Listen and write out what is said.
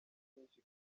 byinshi